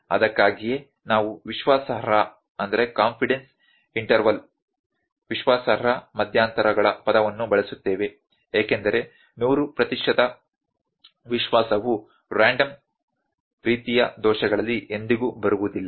ಅದಕ್ಕಾಗಿಯೇ ನಾವು ವಿಶ್ವಾಸಾರ್ಹ ಮಧ್ಯಂತರಗಳ ಪದವನ್ನು ಬಳಸುತ್ತೇವೆ ಏಕೆಂದರೆ 100 ಪ್ರತಿಶತ ವಿಶ್ವಾಸವು ರ್ಯಾಂಡಮ್ ರೀತಿಯ ದೋಷಗಳಲ್ಲಿ ಎಂದಿಗೂ ಬರುವುದಿಲ್ಲ